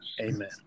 Amen